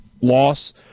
loss